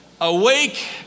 awake